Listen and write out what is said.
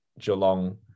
Geelong